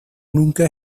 nunca